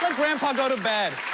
grandpa go to bed.